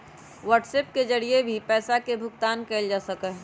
WhatsApp के जरिए भी पैसा के भुगतान कइल जा सका हई